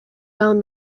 down